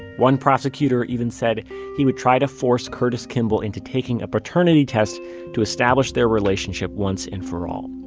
one prosecutor even said he would try to force curtis kimball into taking a paternity test to establish their relationship once and for all